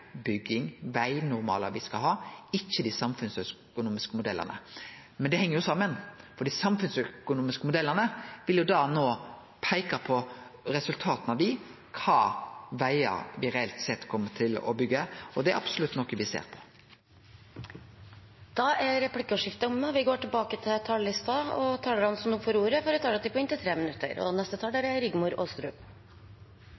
vegnormalar me skal ha, ikkje dei samfunnsøkonomiske modellane. Men det heng jo saman, for dei samfunnsøkonomiske modellane vil peike på resultata av dei, kva vegar me reelt sett kjem til å byggje. Det er absolutt noko me ser på. Replikkordskiftet er omme. De talere som heretter får ordet, har også en taletid på inntil 3 minutter.